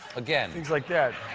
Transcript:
again. things like that.